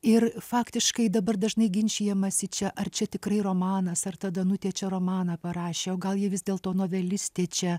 ir faktiškai dabar dažnai ginčijamasi čia ar čia tikrai romanas ar ta danutė čia romaną parašė o gal ji vis dėlto novelistė čia